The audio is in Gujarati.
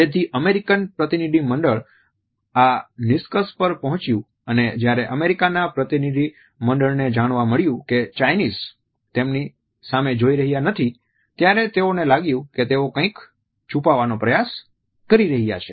તેથી અમેરીકન પ્રતિનિધિમંડળ આ નિષ્કર્ષ પર પહોંચ્યું અને જ્યારે અમેરિકાના પ્રતિનિધિમંડળને જાણવા મળ્યું કે ચાઇનીઝ તેમની સામે જોઈ રહ્યા નથી ત્યારે તેઓને લાગ્યું કે તેઓ કંઈક છુપાવવાનો પ્રયાસ કરી રહ્યા છે